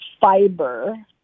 fiber